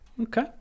Okay